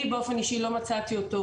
אני באופן אישי לא מצאתי אותו,